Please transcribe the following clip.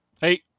hey